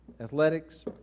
Athletics